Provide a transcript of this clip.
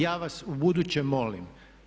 Ja vas u buduće molim.